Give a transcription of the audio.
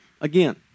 Again